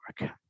work